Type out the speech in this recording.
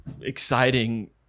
exciting